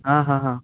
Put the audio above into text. हा हा हा